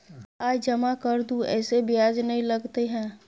आय जमा कर दू ऐसे ब्याज ने लगतै है?